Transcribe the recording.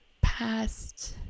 past